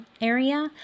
area